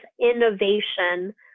innovation